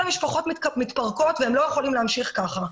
משפחות מתפרקות והם לא יכולים להמשיך כך.